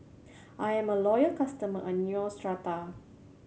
I'm a loyal customer of Neostrata